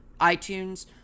iTunes